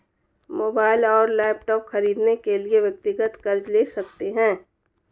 mobile और laptop खरीदने के लिए व्यक्तिगत कर्ज ले सकते है